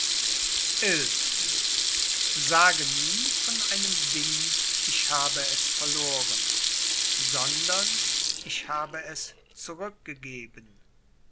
sage nie von einem ding ich habe es verloren sondern ich habe es zurückgegeben